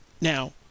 Now